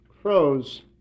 crows